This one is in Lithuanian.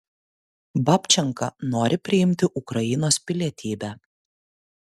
babčenka nori priimti ukrainos pilietybę